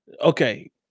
Okay